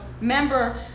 member